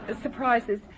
Surprises